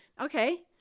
Okay